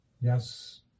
Yes